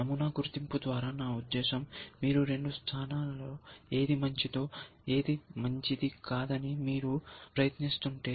నమూనా గుర్తింపు ద్వారా నా ఉద్దేశ్యం మీరు రెండు స్థానాల్లో ఏది మంచిదో ఏది మంచిది కాదని మీరు ప్రయత్నిస్తుంటే